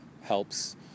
helps